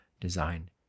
design